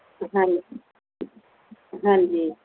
ਹਾਂਜੀ ਹਾਂਜੀ